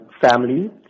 family